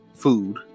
food